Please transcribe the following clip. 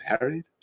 married